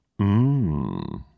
mmm